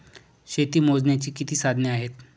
शेती मोजण्याची किती साधने आहेत?